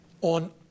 on